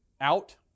Out